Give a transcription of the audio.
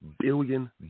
billion